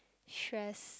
stress